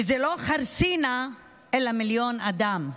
וזה לא חרסינה, אלא מיליון בני אדם,